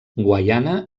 guaiana